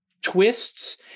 twists